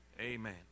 Amen